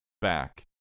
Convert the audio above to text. back